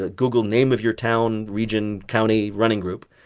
ah google name of your town, region, county running group.